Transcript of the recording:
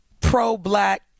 pro-black